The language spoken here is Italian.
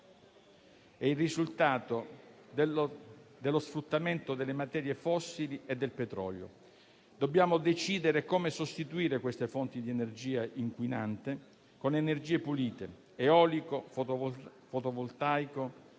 è il risultato dello sfruttamento delle materie fossili e del petrolio. Dobbiamo decidere come sostituire queste fonti di energia inquinante con energie pulite. Eolico e fotovoltaico